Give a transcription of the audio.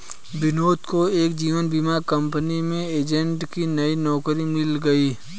विनोद को एक जीवन बीमा कंपनी में एजेंट की नई नौकरी मिल गयी